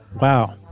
Wow